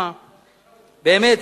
באמת,